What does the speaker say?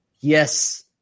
Yes